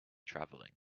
travelling